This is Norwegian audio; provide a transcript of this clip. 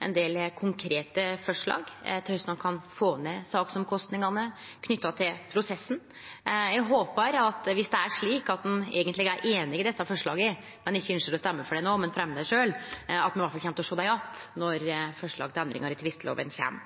ein del konkrete forslag til korleis ein kan få ned sakskostnadene knytte til prosessen. Dersom ein eigentleg er einig i desse forslaga, men ikkje ønskjer å stemme for dei no, men ønskjer å fremje dei sjølv, håpar eg at vi i alle fall vil sjå dei att når forslag til endringar i tvistelova kjem.